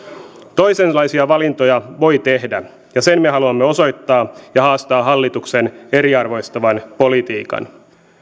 toisenlaisia valintoja voi tehdä ja sen me haluamme osoittaa ja haastaa hallituksen eriarvoistavan politiikan